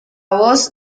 voz